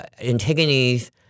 Antigone's